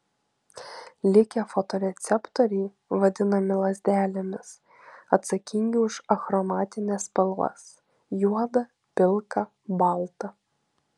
likę fotoreceptoriai vadinami lazdelėmis atsakingi už achromatines spalvas juodą pilką baltą